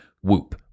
Whoop